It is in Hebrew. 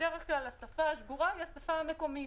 בדרך כלל השפה השגורה היא השפה המקומית.